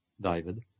David